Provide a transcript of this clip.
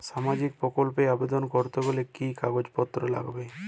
সামাজিক প্রকল্প এ আবেদন করতে গেলে কি কাগজ পত্র লাগবে?